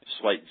slight